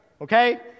Okay